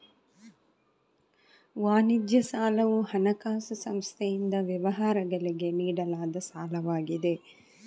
ವಾಣಿಜ್ಯ ಸಾಲವು ಹಣಕಾಸು ಸಂಸ್ಥೆಯಿಂದ ವ್ಯವಹಾರಗಳಿಗೆ ನೀಡಲಾದ ಸಾಲವಾಗಿದೆ